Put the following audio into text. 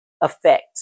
effect